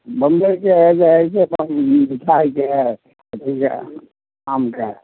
बम्बइके हइ जे से तब ने खाएके हइ आम खाएब